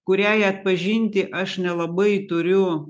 kuriai atpažinti aš nelabai turiu